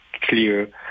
clear